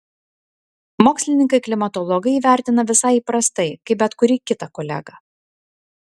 mokslininkai klimatologai jį vertina visai įprastai kaip bet kurį kitą kolegą